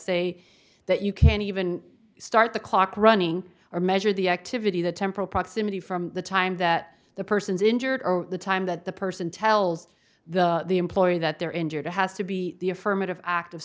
say that you can't even start the clock running or measure the activity the temporal proximity from the time that the person's injured or the time that the person tells the employee that they're injured it has to be the affirmative act